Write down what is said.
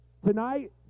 Tonight